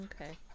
Okay